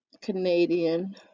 Canadian